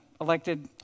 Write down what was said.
elected